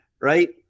right